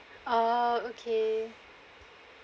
oh okay